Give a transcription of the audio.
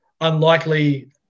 unlikely